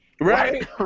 Right